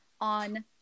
on